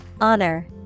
Honor